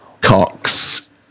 Cox